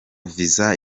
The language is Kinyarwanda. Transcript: visa